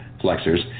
flexors